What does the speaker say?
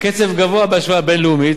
בקצב גבוה בהשוואה בין-לאומית.